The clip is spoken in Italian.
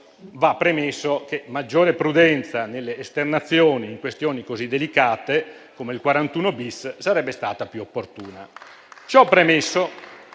va premesso che maggiore prudenza nelle esternazioni in questioni così delicate come il 41-*bis* sarebbe stata più opportuna.